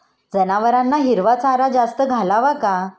जनावरांना हिरवा चारा जास्त घालावा का?